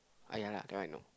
ah ya lah correct no